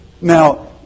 Now